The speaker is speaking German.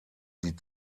die